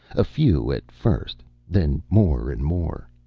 a few at first, then more and more.